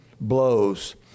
blows